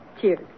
Cheers